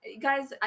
Guys